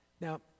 Now